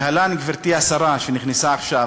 להלן, גברתי השרה, שנכנסה עכשיו,